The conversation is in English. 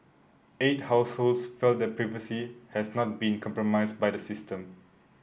eight households felt their privacy had not been compromised by the system